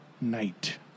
night